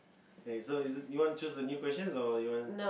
okay so is you wanna choose a new question or